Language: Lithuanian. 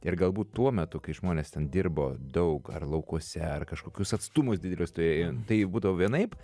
ir galbūt tuo metu kai žmonės ten dirbo daug ar laukuose ar kažkokius atstumus didelius turėjo tai būdavo vienaip